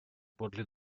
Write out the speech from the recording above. подле